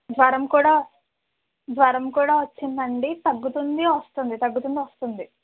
జ్వరం కూడా జ్వరం కూడా వస్తుంది అండీ తగ్గుతుంది వస్తుంది తగ్గుతుంది వస్తుంది